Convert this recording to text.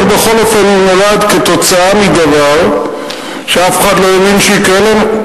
אבל בכל אופן הוא נולד כתוצאה מדבר שאף אחד לא האמין שיקרה לנו.